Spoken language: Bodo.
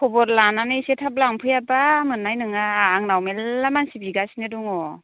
खबर लानानै एसे थाब लांफैयाबा मोननाय नङा आंनाव मेरला मानसि बिगासिनो दङ